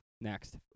Next